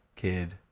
kid